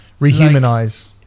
Rehumanize